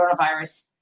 coronavirus